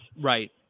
Right